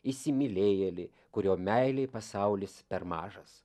įsimylėjėlį kurio meilei pasaulis per mažas